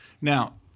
Now